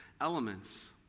elements